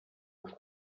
els